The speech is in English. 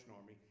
Army